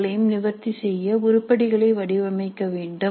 க்களையும் நிவர்த்தி செய்ய உருப்படிகளை வடிவமைக்க வேண்டும்